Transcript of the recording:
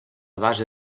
base